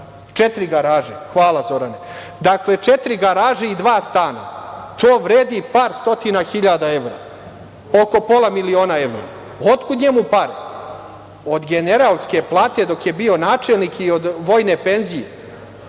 četiri garaže. Dakle, četiri garaže i dva stana! To vredi par stotina hiljada evra, oko pola miliona evra. Otkud njemu pare? Od generalske plate dok je bio načelnik i od vojne penzije?